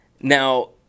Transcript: now